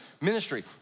ministry